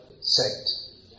sect